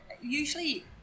usually